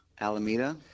Alameda